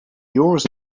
yours